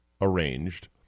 arranged